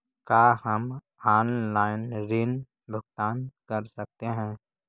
का हम आनलाइन ऋण भुगतान कर सकते हैं?